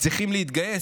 צריכים להתגייס.